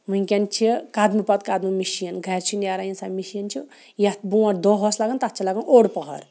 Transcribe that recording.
وٕنۍکٮ۪ن چھِ قدمہٕ پَتہٕ قدمہٕ مِشیٖن گَرِ چھِ نیران اِنسان مِشیٖن چھِ یَتھ بروںٛٹھ دۄہ اوس لَگَن تَتھ چھِ لَگان اوٚڑ پٕہَر